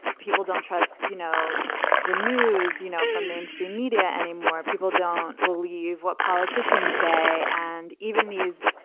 people don't trust, you know, the news you know from mainstream media anymore. people don't believe what politicians say and even these.